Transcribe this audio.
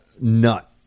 nut